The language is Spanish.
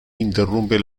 interrumpe